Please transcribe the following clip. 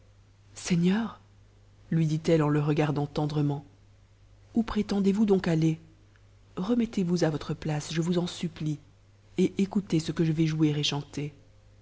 seigneur lui dit-elle en le regardant tendrement où prétendez-vous donc aller remettez-vous à votre place je vous en supj n ie et écoutez ce que je vais jouer et chanter